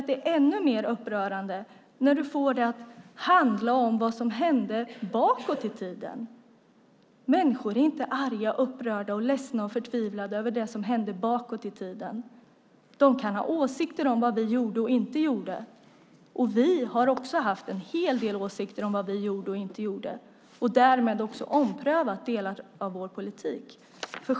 Det är ännu mer upprörande när du får det att handla om vad som hände bakåt i tiden, Cristina Husmark Pehrsson. Människor är inte arga, upprörda, ledsna och förtvivlade över det som hände bakåt i tiden. De kan dock ha åsikter om vad vi gjorde och inte gjorde. Vi har också haft en hel del åsikter om vad vi gjorde och inte gjorde, och därför har vi omprövat delar av vår politik.